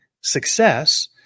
success